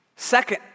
Second